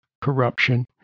corruption